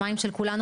המים של כולנו,